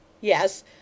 Yes